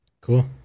Cool